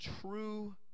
true